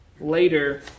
later